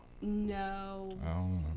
no